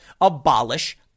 abolish